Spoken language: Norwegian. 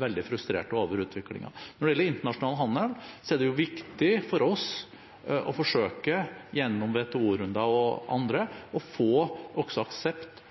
veldig frustrert over utviklingen. Når det gjelder internasjonal handel, er det viktig for oss å forsøke gjennom WTO-runder og andre å få også aksept